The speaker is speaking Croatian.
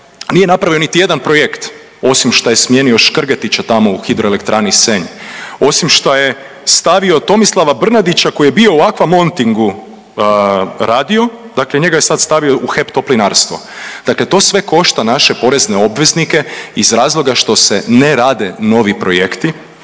nije napravio niti jedan projekt osim što je smijenio Škrgetića tamo u Hidroelektrani Senj, osim što je stavio Tomislava Brnadića koji je bio u Aqva Montingu radio dakle njega je sada stavio u HEP Toplinarstvo. Dakle to sve košta naše porezne obveznike iz razloga što se ne rade novi projekti.